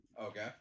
Okay